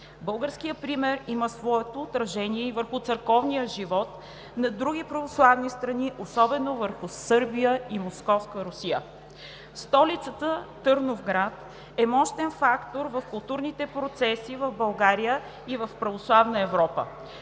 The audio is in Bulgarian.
Българският пример има своето отражение и върху църковния живот на други православни страни, особено върху Сърбия и Московска Русия. Столицата Търновград е мощен фактор в културните процеси в България и в православна Европа.